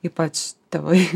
ypač tėvai